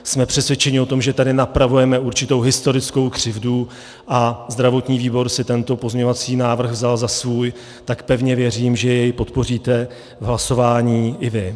Jsme přesvědčeni o tom, že tady napravujeme určitou historickou křivdu, a zdravotní výbor si tento pozměňovací návrh vzal za svůj, tak pevně věřím, že jej podpoříte v hlasování i vy.